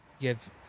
give